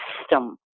system